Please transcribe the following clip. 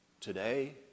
today